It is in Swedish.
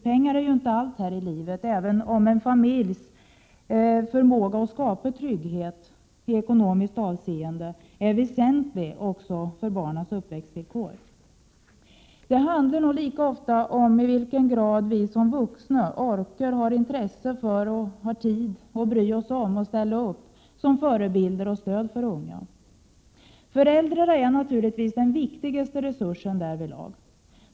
Pengar är ju inte allt här i livet, även om en familjs förmåga att skapa trygghet i ekonomiskt avseende är väsentlig också för barnens uppväxtvillkor. Det handlar nog lika ofta om i vilken grad vi som vuxna orkar, har tid och bryr oss om att ställa upp som förebilder och stöd för de unga. Föräldrarna är naturligtvis den viktigaste resursen därvidlag.